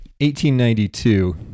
1892